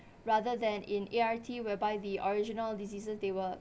rather than in A_R_T whereby the original diseases that were